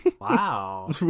wow